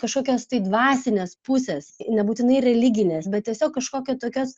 kažkokios tai dvasinės pusės nebūtinai religinės bet tiesiog kažkokio tokios